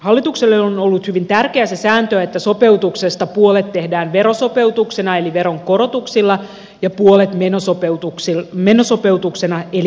hallitukselle on ollut hyvin tärkeä se sääntö että sopeutuksesta puolet tehdään verosopeutuksena eli veronkorotuksilla ja puolet menosopeutuksena eli menoleikkauksilla